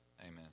Amen